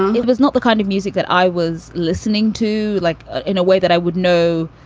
it was not the kind of music that i was listening to, like in a way that i would know.